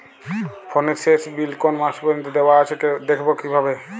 ফোনের শেষ বিল কোন মাস পর্যন্ত দেওয়া আছে দেখবো কিভাবে?